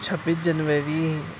چھبیس جنوری